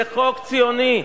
זה חוק ציוני.